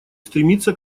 стремиться